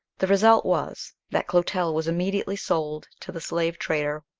the result was, that clotel was immediately sold to the slave-trader,